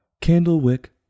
Candlewick